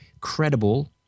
credible